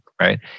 right